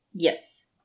yes